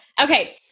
Okay